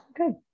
Okay